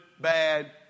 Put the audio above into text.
bad